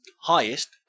highest